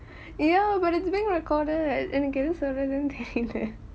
ya but it's being recorded எனக்கு எது சொல்றத்துனே தெரியில்லே:enakku ethu solrathunee theriyillae